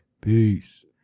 Peace